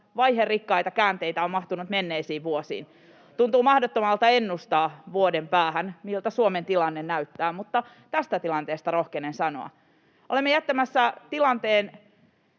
vaiherikkaita käänteitä on mahtunut menneisiin vuosiin. Tuntuu mahdottomalta ennustaa vuoden päähän, miltä Suomen tilanne näyttää, mutta tästä tilanteesta rohkenen sanoa. Olemme jättämässä tilanteen